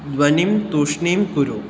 ध्वनिं तूष्णीं कुरु